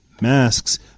masks